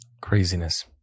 craziness